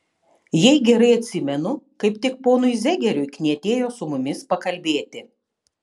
jei gerai atsimenu kaip tik ponui zegeriui knietėjo su mumis pakalbėti